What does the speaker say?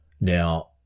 Now